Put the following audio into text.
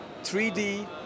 3D